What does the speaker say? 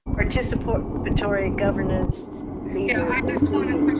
participatory governance leaders, and including.